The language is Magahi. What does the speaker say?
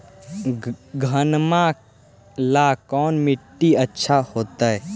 घनमा ला कौन मिट्टियां अच्छा होतई?